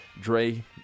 Dre